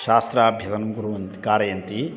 शास्त्राभ्यसनं कुर्वन्ति कारयन्ति